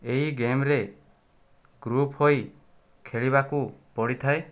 ଏହି ଗେମରେ ଗ୍ରୁପ ହୋଇ ଖେଳିବାକୁ ପଡ଼ିଥାଏ